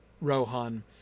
Rohan